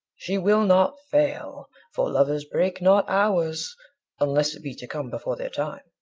she will not fail, for lovers break not hours unless it be to come before their time,